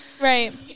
Right